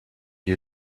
you